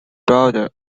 bolder